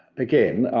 again,